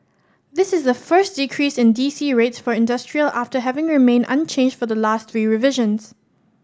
this is the first decrease in D C rates for industrial after having remained unchanged for the last three revisions